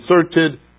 inserted